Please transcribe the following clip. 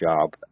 job